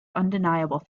undeniable